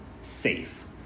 safe